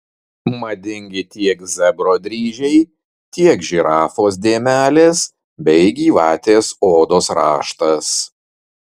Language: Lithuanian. madingi tiek zebro dryžiai tiek žirafos dėmelės bei gyvatės odos raštas